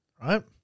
right